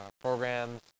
programs